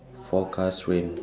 forecast rain